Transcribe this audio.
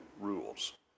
rules